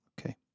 Okay